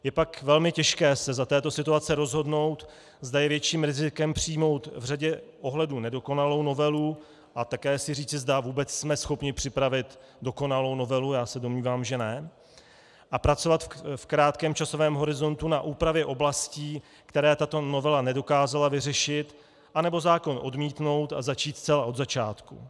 Je pak velmi těžké se za této situace rozhodnout, zda je větším rizikem přijmout v řadě pohledů nedokonalou novelu, a také si říci, zda vůbec jsme schopni připravit dokonalou novelu, já se domnívám, že ne, a pracovat v krátkém časovém horizontu na úpravě oblastí, které tato novela nedokázala vyřešit, nebo zákon odmítnout a začít zcela od začátku.